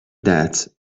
that